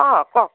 অ' কওক